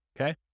Okay